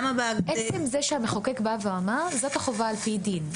עצם זה שהמחוקק בא ואמר, זאת החובה על-פי דין.